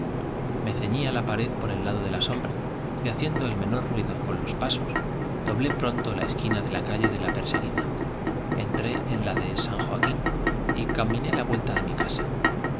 me ceñí á la pared por el lado de la sombra y haciendo el menor ruido con los pasos doblé pronto la esquina de la calle de la perseguida entré en la de san j oa vuelta de mi dar